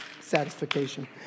Satisfaction